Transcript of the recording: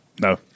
No